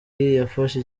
yafashe